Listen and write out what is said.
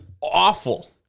awful